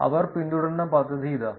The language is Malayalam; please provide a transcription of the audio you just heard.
അവർ പിന്തുടർന്ന പദ്ധതി ഇതാ